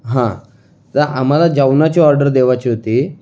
हां तर आम्हाला जेवणाची ऑर्डर देवाची होती